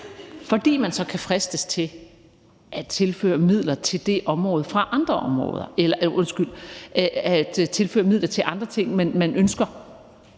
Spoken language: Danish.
fordi man så kan fristes til at tilføre midler til andre ting, man ønsker,